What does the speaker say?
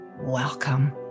welcome